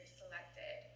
selected